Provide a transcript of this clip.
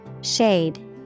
Shade